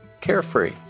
carefree